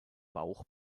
bauch